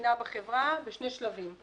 המדינה בחברה בשני שלבים.